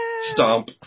Stomp